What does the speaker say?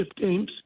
games